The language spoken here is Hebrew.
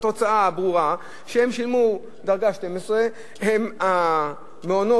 התוצאה הברורה היא שהם שילמו דרגה 12. המעונות,